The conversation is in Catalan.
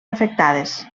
afectades